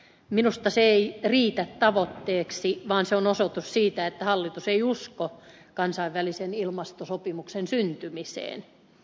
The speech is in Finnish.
minusta se ei riitä tavoitteeksi vaan se on osoitus siitä että hallitus ei usko kansainvälisen ilmastosopimuksen syntymiseen